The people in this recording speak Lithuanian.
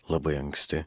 labai anksti